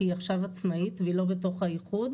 כי היא עכשיו עצמאית והיא לא בתוך האיחוד,